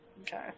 Okay